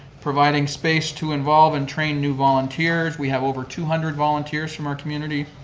providing space to involve and train new volunteers. we have over two hundred volunteers from our community.